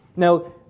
Now